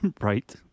right